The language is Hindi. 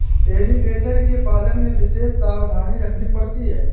एलीगेटर के पालन में विशेष सावधानी रखनी पड़ती है